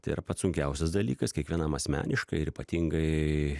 tai yra pats sunkiausias dalykas kiekvienam asmeniškai ir ypatingai